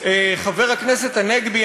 וחבר הכנסת הנגבי,